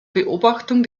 beobachtung